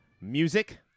music